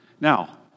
Now